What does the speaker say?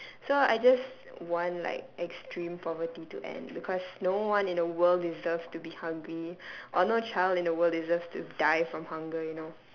so I just want like extreme poverty to end because no one in the world deserves to be hungry or no child in the world deserves to die from hunger you know